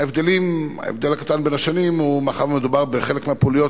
ההבדל הקטן בין השנים: מאחר שבחלק מהפעילויות